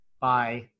Bye